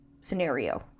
scenario